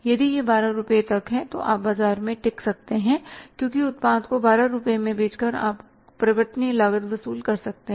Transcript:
यदि यह 12 रुपये तक है तो आप बाजार में टिक सकते हैं क्योंकि उत्पाद को 12 रुपये में बेचकर आप परिवर्तनीय लागत वसूल सकते हैं